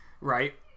Right